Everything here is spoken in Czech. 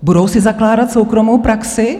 Budou si zakládat soukromou praxi?